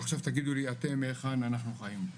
עכשיו תגידו לי אתם, היכן אנחנו חיים?